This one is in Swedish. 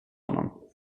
honom